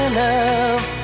love